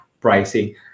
pricing